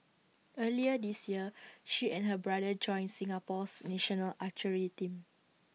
earlier this year she and her brother joined Singapore's national archery team